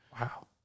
Wow